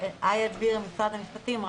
ממשרד המשפטים.